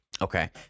Okay